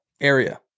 area